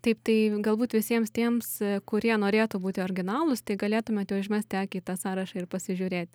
taip tai galbūt visiems tiems kurie norėtų būti originalūs tai galėtumėte užmesti akį į tą sąrašą ir pasižiūrėti